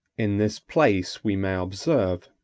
in this place we may observe,